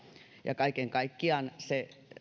ja kaiken kaikkiaan se